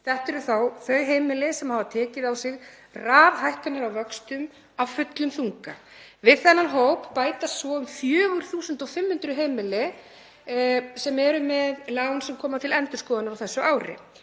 Þetta eru þá þau heimili sem hafa tekið á sig raðhækkanir á vöxtum af fullum þunga. Við þennan hóp bætast svo um 4.500 heimili sem eru með lán sem koma til endurskoðunar á þessu ári.